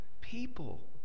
people